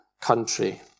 country